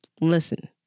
Listen